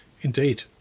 Indeed